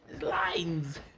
lines